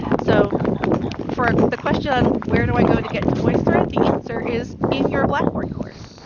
so for the question, where do i go to get to voice thread, the answer is in your blackboard course.